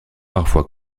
parfois